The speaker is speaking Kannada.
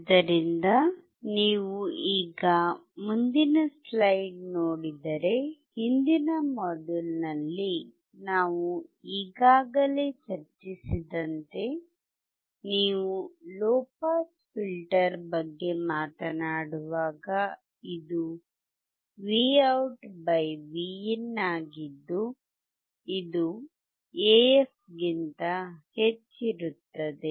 ಆದ್ದರಿಂದ ನೀವು ಈಗ ಮುಂದಿನ ಸ್ಲೈಡ್ ನೋಡಿದರೆ ಹಿಂದಿನ ಮಾಡ್ಯೂಲ್ನಲ್ಲಿ ನಾವು ಈಗಾಗಲೇ ಚರ್ಚಿಸಿದಂತೆ ನೀವು ಲೊ ಪಾಸ್ ಫಿಲ್ಟರ್ ಬಗ್ಗೆ ಮಾತನಾಡುವಾಗ ಇದು VoutVin ಆಗಿದ್ದು ಇದು AF ಗಿಂತ ಹೆಚ್ಚಿರುತ್ತದೆ